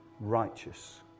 righteous